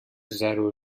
zero